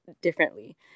differently